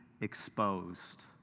exposed